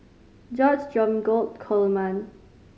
George Dromgold Coleman